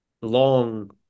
long